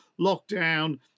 lockdown